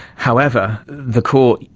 however, the court,